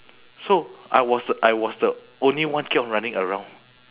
so I was the I was the only one keep on running around